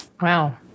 Wow